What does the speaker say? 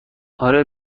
اره